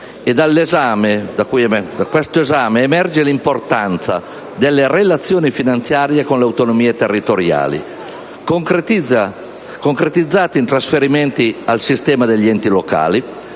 esame da cui emerge l'importanza delle relazioni finanziarie con le autonomie territoriali, concretizzata in trasferimenti al sistema degli enti locali,